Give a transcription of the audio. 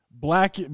Black